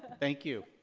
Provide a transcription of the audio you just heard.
thank you.